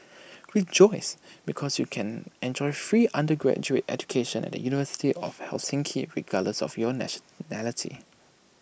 rejoice because you can enjoy free undergraduate education at the university of Helsinki regardless of your nationality